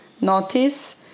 notice